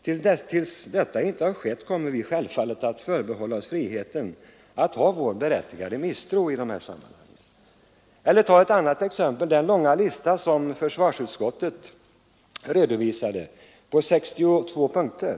Så länge inte detta har skett kommer vi självfallet att förbehålla oss friheten att ha vår berättigade misstro i de här sammanhangen. Eller ta ett annat exempel — den långa lista som försvarsutskottet redovisade på 62 punkter.